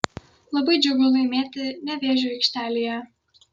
labai džiugu laimėti nevėžio aikštelėje